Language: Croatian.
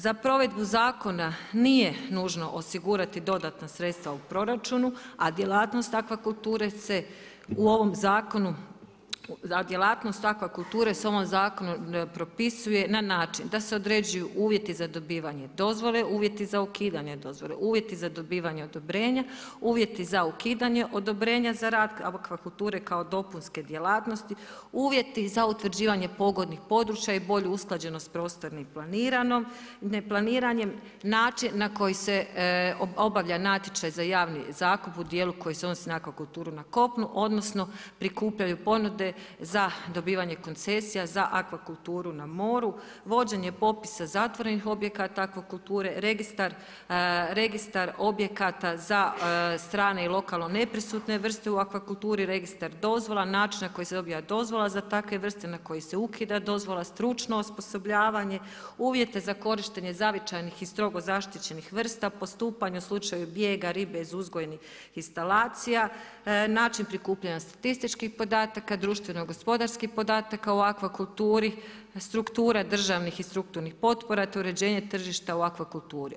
Za provedbu zakona nije nužno osigurati dodatna sredstva u proračunu, a djelatnost akvakulture se u ovom zakonu propisuje na način da se određuju uvjeti za dobivanje dozvole, uvjeti za ukidane dozvole, uvjeti za dobivanje odobrenja, uvjeti za ukidanje odobrenja za rad akvakulture kao dopunske djelatnosti, uvjeti za utvrđivanje pogodnih područja i bolju usklađenost prostornim neplaniranjem, način na koji se obavlja natječaj za javni zakup koji se odnosi na akvakulturu na kopnu odnosno prikupljaju ponude za dobivanje koncesija za akvakulturu na moru, vođenje popisa zatvorenih objekata akvakulture, registar objekata za strane i lokalne neprisutne vrste u akvakulturi, registar dozvola, način na koji se dobiva dozvola za takve vrste na koji se ukida dozvola, stručno osposobljavanje, uvjete za korištene zavičajnih i strogo zaštićenih vrsta, postupanje u slučaju bijega ribe iz uzgojnih instalacija, način prikupljanja statističkih podataka, društveno-gospodarskih podataka u akvakulturi, strukture državnih i strukturnih potpora te uređenje tržišta u akvakulturi.